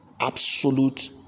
absolute